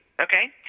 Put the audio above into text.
okay